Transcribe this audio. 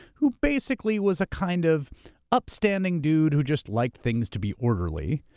who basically was a kind of upstanding dude who just liked things to be orderly.